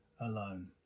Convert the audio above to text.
alone